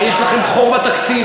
יש לכם חור בתקציב,